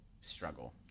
struggle